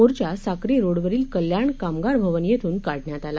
मोर्चा साक्री रोडवरील कल्याण कामगार भवन येथून काढण्यात आला